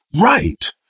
right